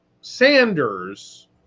sanders